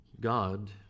God